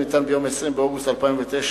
שניתן ביום 20 באוגוסט 2009,